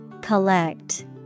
Collect